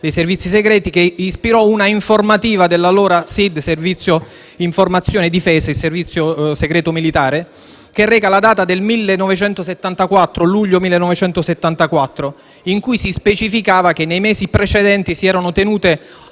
dei servizi segreti, ispirò una informativa all'allora SID (il Servizio informazioni difesa, cioè il servizio segreto militare), che reca la data del luglio 1974, in cui si specificava che nei mesi precedenti si erano tenute